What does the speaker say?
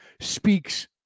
speaks